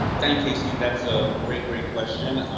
thank you. that's a great, great question,